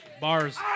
bars